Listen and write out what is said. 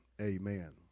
Amen